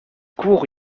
cours